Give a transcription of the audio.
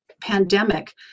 pandemic